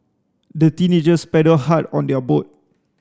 the teenagers paddled hard on their boat